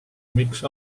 miks